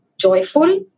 joyful